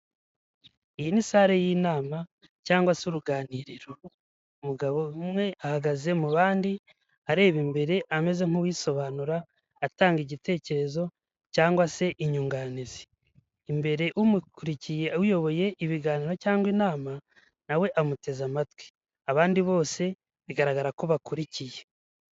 Iyi ni sare y'inama cyangwa se uruganiriro umugabo umwe ahagaze mu bandi areba imbere ameze nk'uwisobanura atanga igitekerezo cyangwa se inyunganizi. Imbere umukurikiye uyoboye ibiganiro cyangwa inama nawe we amuteze amatwi, abandi bose bigaragara ko bakurikiye.